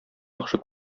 яхшы